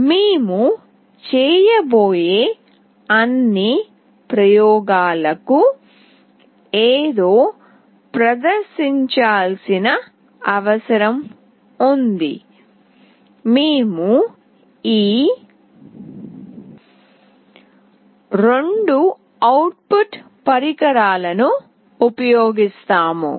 మేము చేయబోయే అన్ని ప్రయోగాలకు ఏదో ప్రదర్శించాల్సిన అవసరం ఉంది మేము ఈ రెండు అవుట్ పుట్ పరికరాలను ఉపయోగిస్తాము